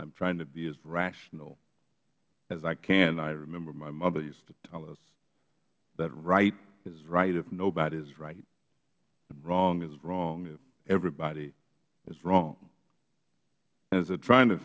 am trying to be as rational as i can i remember my mother used to tell us that right is right if nobody is right and wrong is wrong if everybody is wrong and so trying to